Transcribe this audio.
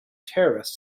terrorist